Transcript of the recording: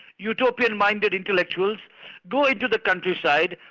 utopian-minded intellectuals go into the countryside,